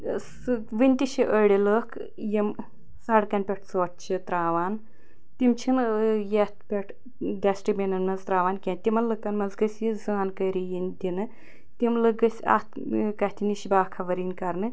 ٲں سُہ وُنہِ تہِ چھِ أڑۍ لوٗکھ یم سَڑکَن پٮ۪ٹھ ژھۄٹھ چھِ ترٛاوان تِم چھِنہٕ ٲں یتھ پٮ۪ٹھ ڈسٹہٕ بیٖنَن مَنٛز ترٛاوان کیٚنٛہہ تِمن لوٗکن مَنٛز گَژھہِ یہِ زانکٲری ینۍ دنہٕ تم لوٗکھ گٔژھ اتھ کتھہِ نش باخبَر ینۍ کَرنہٕ